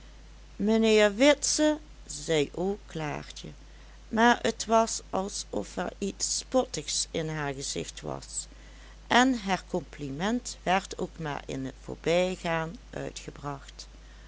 mijnheer witse zei ook klaartje maar t was als of er iets spottigs in haar gezicht was en haar compliment werd ook maar in t voorbijgaan uitgebracht